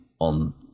on